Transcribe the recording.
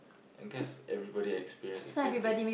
I guess everybody experience the same thing